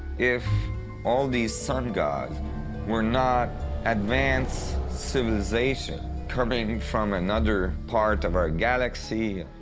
if all these sun gods were not advanced civilizations, coming from another part of our galaxy.